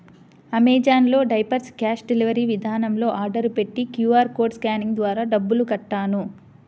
Amazon లో diapers cash delivery విధానంలో order పెట్టి క్యూ.ఆర్ కోడ్ స్కానింగ్ ద్వారా డబ్బులు కట్టాను